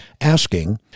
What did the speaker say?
asking